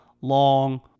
long